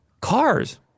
Cars